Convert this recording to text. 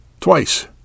Twice